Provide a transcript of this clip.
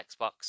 Xbox